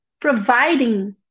providing